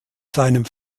seinem